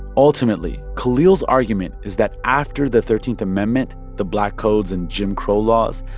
ultimately, khalil's argument is that after the thirteenth amendment, the black codes and jim crow laws,